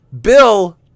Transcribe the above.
Bill